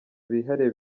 bihariye